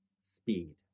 speed